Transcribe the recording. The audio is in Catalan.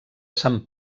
sant